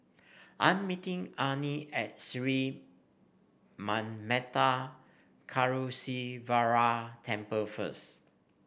I'm meeting Arnie at Sri Manmatha Karuneshvarar Temple first